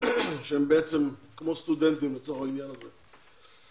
שהם בעצם כמו סטודנטים לצורך העניין הזה.